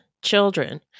Children